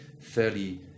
fairly